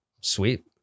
Sweet